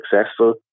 successful